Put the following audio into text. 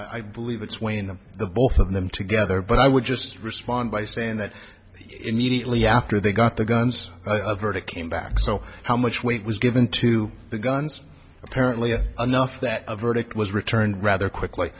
i believe that's when the both of them together but i would just respond by saying that immediately after they got the guns verdict came back so how much weight was given to the guns apparently enough that a verdict was returned rather quickly